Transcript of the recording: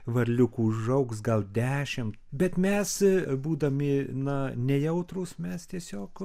varliukų užaugs gal dešimt bet mes būdami na nejautrūs mes tiesiog